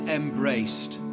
embraced